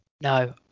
No